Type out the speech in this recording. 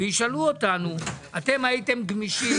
שישאלו אותנו ויאמרו לנו: אתם גמישים